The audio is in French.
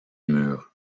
murs